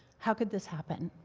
how could this happen?